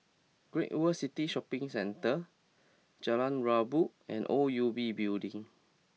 Great World City Shopping Centre Jalan Rabu and O U B Building